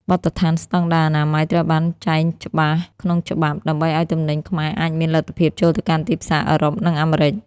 បទដ្ឋានស្ដង់ដារអនាម័យ ត្រូវបានចែងច្បាស់ក្នុងច្បាប់ ដើម្បីឱ្យទំនិញខ្មែរអាចមានលទ្ធភាពចូលទៅកាន់ទីផ្សារអឺរ៉ុប និងអាមេរិក។